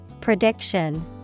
Prediction